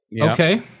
Okay